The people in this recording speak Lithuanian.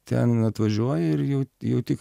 ten atvažiuoji ir jau jauti